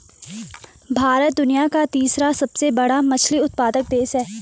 भारत दुनिया का तीसरा सबसे बड़ा मछली उत्पादक देश है